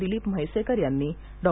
दिलीप म्हैसेकर यांनी डॉ